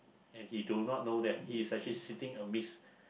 and he do not know that he is actually sitting a miss